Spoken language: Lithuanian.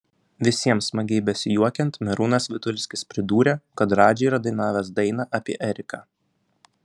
visiems smagiai besijuokiant merūnas vitulskis pridūrė kad radži yra dainavęs dainą apie eriką